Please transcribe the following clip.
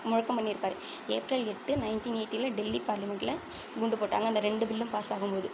முழக்கம் பண்ணிருப்பார் ஏப்ரல் எட்டு நைன்ட்டீன் எயிட்டில டெல்லி பார்லிமெண்ட்ல குண்டு போட்டாங்கள் அந்த ரெண்டு பில்லும் பாஸ் ஆகும் போது